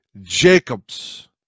Jacobs